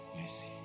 Mercy